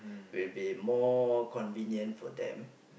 will be more convenient for them